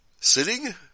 sitting